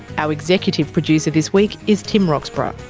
our executive producer this week is tim roxburgh.